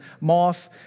moth